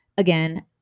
Again